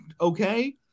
Okay